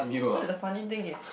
the funny thing is